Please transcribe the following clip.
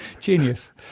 Genius